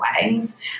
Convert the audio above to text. weddings